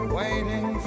waiting